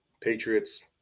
Patriots –